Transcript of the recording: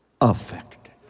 affected